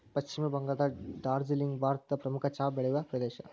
ಪಶ್ಚಿಮ ಬಂಗಾಳದ ಡಾರ್ಜಿಲಿಂಗ್ ಭಾರತದ ಪ್ರಮುಖ ಚಹಾ ಬೆಳೆಯುವ ಪ್ರದೇಶ